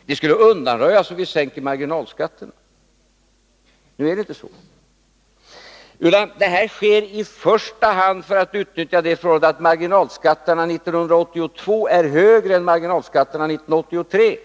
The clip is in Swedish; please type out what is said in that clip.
Problemet skulle kunna undanröjas om vi sänkte marginalskatterna, säger han. Men det är inte så, utan detta förfaringssätt används i första hand för att man utnyttjar det förhållandet att marginalskatterna 1982 var högre än marginalskatterna 1983.